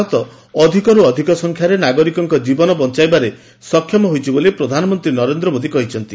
ଭାରତ ଅଧିକର୍ ଅଧିକ ସଂଖ୍ୟାରେ ନାଗରିକଙ୍କ ଜୀବନ ବଞାଇବାରେ ସକ୍ଷମ ହୋଇଛି ବୋଲି ପ୍ରଧାନମନ୍ତୀ ନରେନ୍ଦ୍ର ମୋଦି କହିଛନ୍ତି